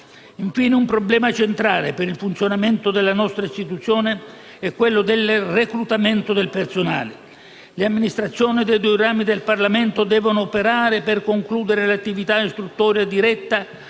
Infine, un problema centrale per il funzionamento della nostra Istituzione è quello del reclutamento del personale. Le Amministrazioni dei due rami del Parlamento devono operare per concludere l'attività istruttoria diretta